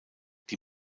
die